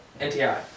NTI